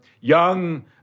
young